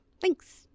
thanks